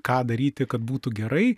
ką daryti kad būtų gerai